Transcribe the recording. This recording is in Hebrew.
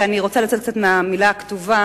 ואני רוצה לצאת קצת מהמלה הכתובה,